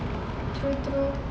true true